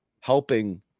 helping